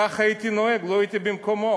ככה הייתי נוהג לו הייתי במקומו.